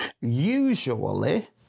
usually